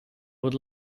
would